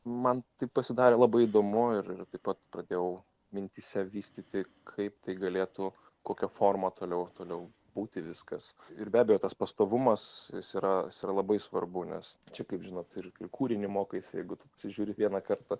man pasidarė labai įdomu ir ir taip pat pradėjau mintyse vystyti kaip tai galėtų kokia forma toliau toliau būti viskas ir be abejo tas pastovumas yra labai svarbu nes čia kaip žinot ir kūrinį mokaisi jeigu tu pasižiūri vieną kartą